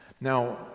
Now